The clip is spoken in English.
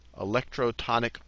Electrotonic